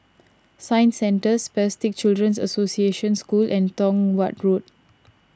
Science Centre Spastic Children's Association School and Tong Watt Road